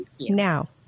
now